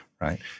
right